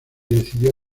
decidió